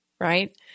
right